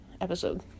episode